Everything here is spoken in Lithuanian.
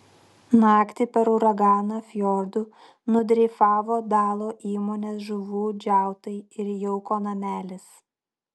naktį per uraganą fjordu nudreifavo dalo įmonės žuvų džiautai ir jauko namelis